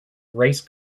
race